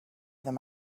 them